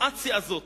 הסיטואציה הזאת